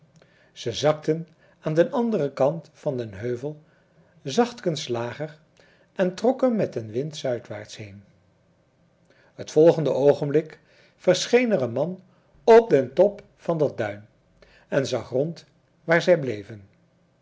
zij zakten aan den anderen kant van den heuvel zachtkens lager en trokken mèt den wind zuidwaarts heen het volgende oogenblik verscheen er een man op den top van dat duin en zag rond waar zij bleven